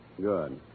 Good